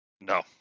No